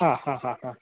ಹಾಂ ಹಾಂ ಹಾಂ ಹಾಂ